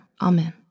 Amen